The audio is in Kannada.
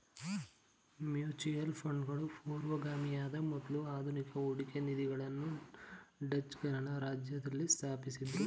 ಮ್ಯೂಚುಯಲ್ ಫಂಡ್ಗಳು ಪೂರ್ವಗಾಮಿಯಾದ ಮೊದ್ಲ ಆಧುನಿಕ ಹೂಡಿಕೆ ನಿಧಿಗಳನ್ನ ಡಚ್ ಗಣರಾಜ್ಯದಲ್ಲಿ ಸ್ಥಾಪಿಸಿದ್ದ್ರು